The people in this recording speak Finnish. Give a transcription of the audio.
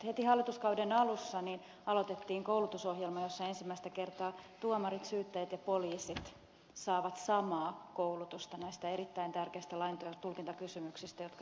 heti hallituskauden alussa aloitettiin koulutusohjelma jossa ensimmäistä kertaa tuomarit syyttäjät ja poliisit saavat samaa koulutusta näistä erittäin tärkeistä laintulkintakysymyksistä jotka ed